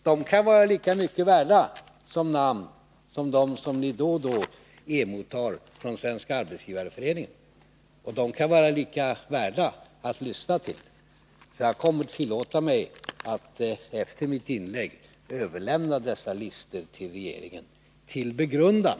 De kan vara lika mycket värda som namn som de som ni då och då emottar från Svenska arbetsgivareföreningen, och de kan vara lika mycket värda att lyssna till. Jag kommer att tillåta mig att efter mitt inlägg överlämna dessa listor till regeringen för begrundan.